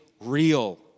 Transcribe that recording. real